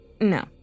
No